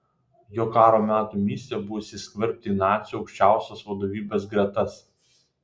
jo karo metų misija buvo įsiskverbti į nacių aukščiausios vadovybės gretas